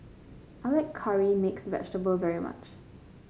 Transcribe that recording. I like curry mix vegetable very much